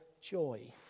joy